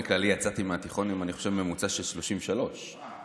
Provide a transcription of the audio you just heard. כללי יצאתי מהתיכון בממוצע של 33. אה,